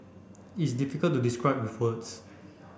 it's difficult to describe with words